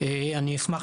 אני אשמח לתת לך.